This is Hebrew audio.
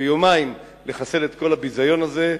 ביומיים לחסל את כל הביזיון הזה,